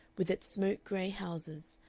with its smoke-gray houses,